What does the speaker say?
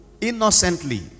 innocently